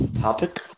Topic